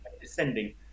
descending